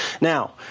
now